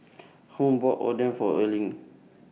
Hung bought Oden For Erling